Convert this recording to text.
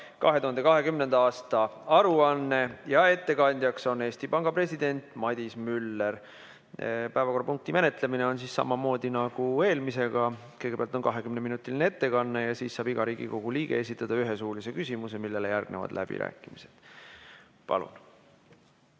2020. aasta aruanne. Ettekandjaks on Eesti Panga president Madis Müller. Päevakorrapunkti menetlemine toimub samamoodi nagu eelmine. Kõigepealt on 20‑minutiline ettekanne ja siis saab iga Riigikogu liige esitada ühe suulise küsimuse, millele järgnevad läbirääkimised. Palun!